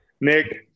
Nick